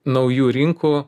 naujų rinkų